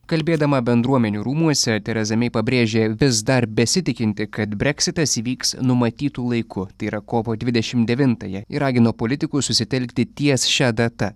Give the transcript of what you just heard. kalbėdama bendruomenių rūmuose tereza mei pabrėžė vis dar besitikinti kad breksitas įvyks numatytu laiku tai yra kovo dvidešimt devintąją ir ragino politikus susitelkti ties šia data